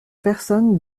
personne